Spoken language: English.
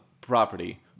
property